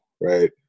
right